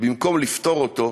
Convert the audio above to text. במקום לפתור אותו,